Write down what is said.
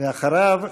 ואחריו,